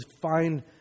find